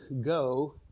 go